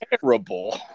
Terrible